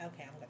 okay